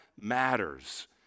matters